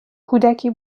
کودکی